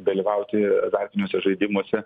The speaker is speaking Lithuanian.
dalyvauti azartiniuose žaidimuose